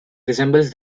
resembles